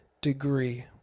degree